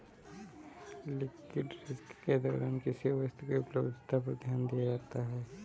liquidity risk के दौरान किसी वस्तु की उपलब्धता पर ध्यान दिया जाता है